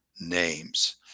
names